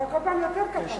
אבל כל פעם יותר קטן.